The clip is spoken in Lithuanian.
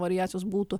variacijos būtų